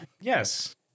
Yes